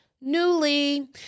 Newly